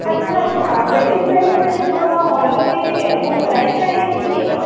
अच्छा अच्छा वेडिंग प्लॅनिंगसाठी तुम्हाला हॉल वगैरे बुक करायचा आहे की केला